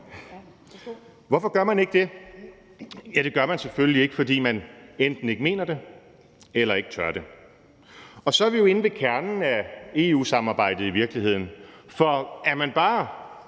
Hvorfor gør man ikke det? Ja, det gør man selvfølgelig ikke, fordi man enten ikke mener det eller ikke tør det. Og så er vi i virkeligheden inde ved kernen af EU-samarbejdet. For er man bare